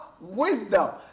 wisdom